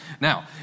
Now